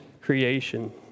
creation